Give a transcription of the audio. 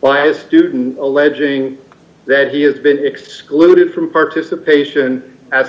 by a student alleging that he has been excluded from participation as a